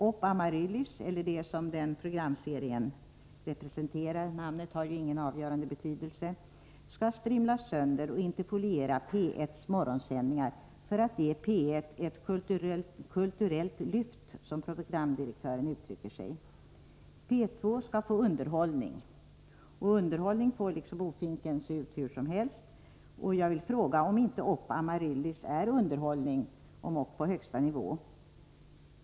Opp Amaryllis — eller det som denna programserie representerar, namnet har ju ingen avgörande betydelse — skall strimlas sönder och interfoliera P 1:s morgonsändningar för att ge P 1 ett ”kulturellt lyft”, som programdirektören uttrycker sig. P 2 skall få underhållning. Underhållning får visst liksom bofinken se ut hur som helst. Jag vill fråga: Är inte Opp Amaryllis underhållning — och därtill på hög nivå?